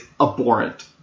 abhorrent